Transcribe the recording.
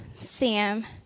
Sam